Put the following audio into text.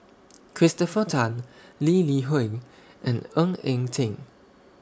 Christopher Tan Lee Li Hui and Ng Eng Teng